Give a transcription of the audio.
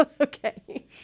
Okay